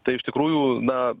tai iš tikrųjų na